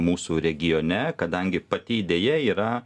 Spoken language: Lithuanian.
mūsų regione kadangi pati idėja yra